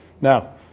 Now